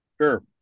Sure